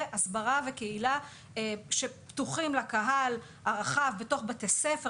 הסברה וקהילה שפתוחים לקהל הרחב בתוך בתי ספר,